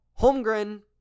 Holmgren